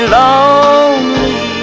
lonely